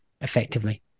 effectively